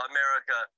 America